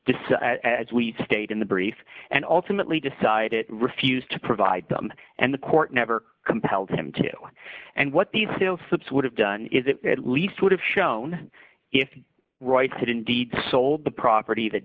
decide as we stayed in the brief and ultimately decided refused to provide them and the court never compelled him to do and what these still subscribe have done is it at least would have shown if right had indeed sold the property that